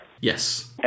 yes